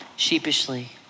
sheepishly